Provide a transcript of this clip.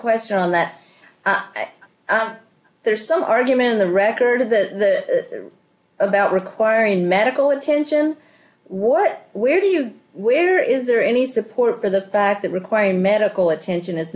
question on that there's some argument the record of the about requiring medical attention what where do you where is there any support for the fact that require medical attention